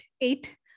eight